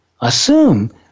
assume